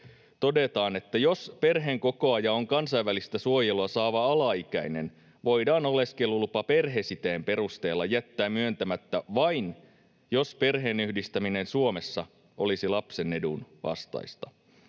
todetaan, että jos perheenkokoaja on kansainvälistä suojelua saava alaikäinen, voidaan oleskelulupa perhesiteen perusteella jättää myöntämättä vain, jos perheenyhdistäminen Suomessa olisi lapsen edun vastaista.